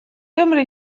gymri